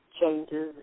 Changes